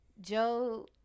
Joe